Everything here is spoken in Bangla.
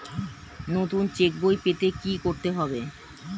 নতুন চেক বই পেতে কী করতে হবে?